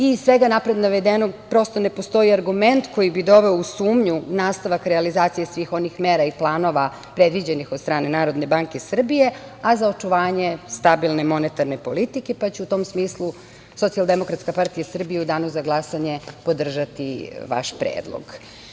Iz svega napred navedenog prosto ne postoji argument koji bi doveo u sumnju nastavak realizacije svih onih mera i planova predviđenih od strane NBS a za očuvanje stabilne monetarne politike, pa će u tom smislu Socijaldemokratska partija Srbije u danu za glasanje podržati vaš predlog.